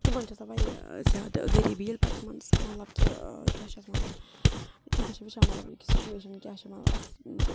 تِمَن چھُ آسان واریاہ زیادٕ غریٖبی ییٚلہِ پَتہٕ تِمَن سَہ مطلب کہِ کیٛاہ چھِ اَتھ وَنان تِم چھِ وٕچھان مطلب سُچویشَن کیٛاہ چھِ وَنان اَسہِ